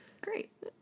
Great